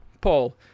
Paul